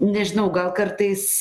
nežinau gal kartais